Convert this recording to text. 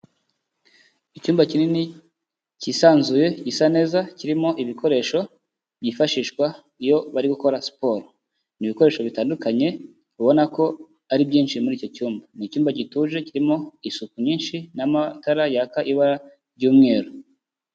Icyumba kinini cyisanzuye gisa neza kirimo ibikoresho byifashishwa iyo bari gukora siporo, ni ibikoresho bitandukanye ubona ko ari byinshi muri icyo cyumba, ni icyumba gituje kirimo isuku nyinshi n'amatara yaka ibara ry'umweru.